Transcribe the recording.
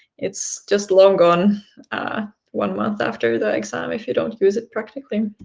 it's just long gone one month after the exam if you don't use it practically.